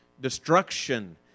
destruction